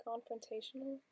Confrontational